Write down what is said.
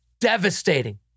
devastating